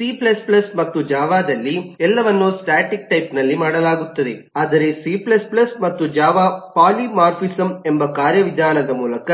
C C ಮತ್ತು ಜಾವಾದಲ್ಲಿ ಎಲ್ಲವನ್ನೂ ಸ್ಟಾಟಿಕ್ ಟೈಮ್ ನಲ್ಲಿ ಮಾಡಲಾಗುತ್ತದೆ ಆದರೆ ಸಿ C ಮತ್ತು ಜಾವಾ ಪಾಲಿಮಾರ್ಫಿಸಮ್ ಎಂಬ ಕಾರ್ಯವಿಧಾನದ ಮೂಲಕ